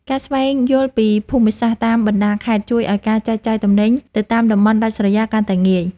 ការស្វែងយល់ពីភូមិសាស្ត្រតាមបណ្តាខេត្តជួយឱ្យការចែកចាយទំនិញទៅតាមតំបន់ដាច់ស្រយាលកាន់តែងាយ។